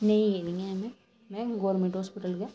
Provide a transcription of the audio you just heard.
नेईं गेदी ऐं में गौरमेंट हॉस्पिटल गै